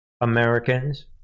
americans